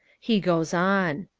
he goes on.